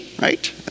right